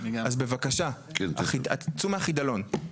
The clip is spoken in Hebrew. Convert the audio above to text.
אז בבקשה צאו מהחידלון.